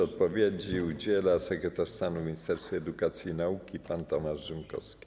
Odpowiedzi udzieli sekretarz stanu w Ministerstwie Edukacji i Nauki pan Tomasz Rzymkowski.